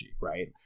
right